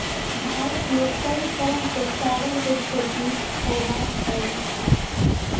भारत में कई तरह के चावल के खेती होबा हई